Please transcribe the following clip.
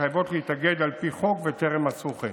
שחייבות להתאגד על פי חוק וטרם עשו כן.